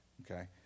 okay